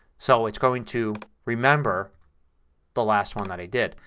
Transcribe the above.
so it's going to remember the last one that i did.